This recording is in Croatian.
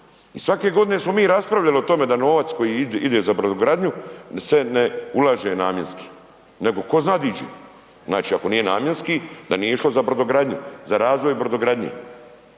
I svake godine smo mi raspravljali o tome da novac koji ide za brodogradnju se ne ulaže namjenski. Nego tko zna gdje ide. Znači ako nije namjenski, da nije išlo za brodogradnju, za razvoj brodogradnje.